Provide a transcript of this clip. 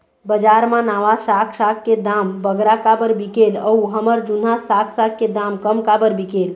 बजार मा नावा साग साग के दाम बगरा काबर बिकेल अऊ हमर जूना साग साग के दाम कम काबर बिकेल?